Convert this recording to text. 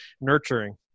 nurturing